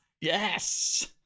yes